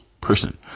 person